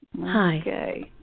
Hi